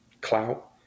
clout